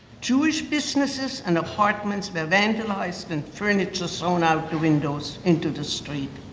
jewish businesses and apartments were vandalized and furniture thrown out the windows into the street.